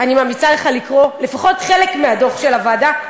אני ממליצה לך לקרוא לפחות חלק מהדוח של הוועדה.